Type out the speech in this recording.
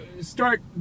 start